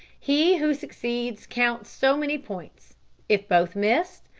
he who succeeds counts so many points if both miss,